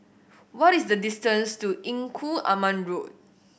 what is the distance to Engku Aman Road